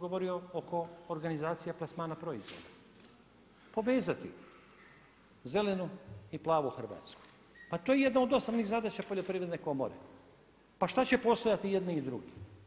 govorio oko organizacije plasmana proizvoda, povezati zelenu i plavu Hrvatsku, pa to je jedna od osnovnih zadaća Poljoprivredne komore, pa šta će postojati jedni i drugi.